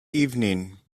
evening